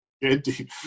indeed